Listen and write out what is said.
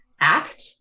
act